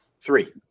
three